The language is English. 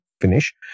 finish